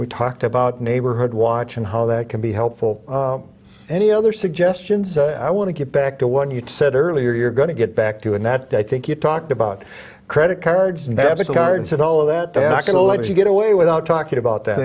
we talked about neighborhood watch and how that can be helpful any other suggestions i want to get back to when you said earlier you're going to get back to and that i think you talked about credit cards and debit cards and all of that they're not going to let you get away without talking about that